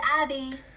Abby